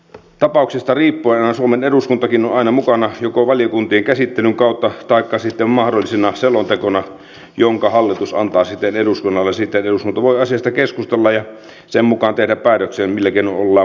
tapauksesta riippuen on suomen eduskuntakin aina mukana joko valiokuntien käsittelyn kautta taikka sitten mahdollisena selontekona jonka hallitus antaa eduskunnalle siten että eduskunta voi asiasta keskustella ja sen mukaan tehdä päätöksiä millä keinoin ollaan mukana